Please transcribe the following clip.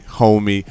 homie